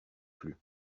plus